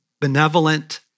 Benevolent